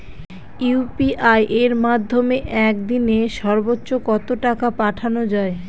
UPI এর মাধ্যমে এক দিনে সর্বচ্চ কত টাকা পাঠানো যায়?